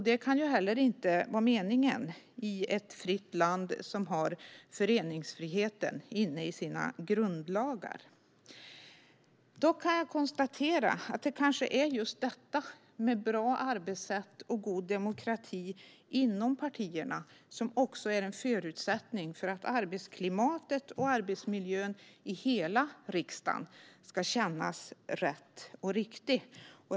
Detta kan inte vara meningen i ett fritt land som har föreningsfriheten i sina grundlagar. Jag kan dock konstatera att det kanske är just bra arbetssätt och god demokrati inom partierna som är förutsättningen för att arbetsklimatet och arbetsmiljön i hela riksdagen ska kännas rätta och riktiga.